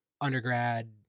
undergrad